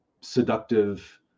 seductive